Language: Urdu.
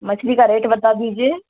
مچھلی کا ریٹ بتا دیجیے